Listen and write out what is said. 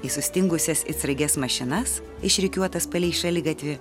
į sustingusias it sraiges mašinas išrikiuotas palei šaligatvį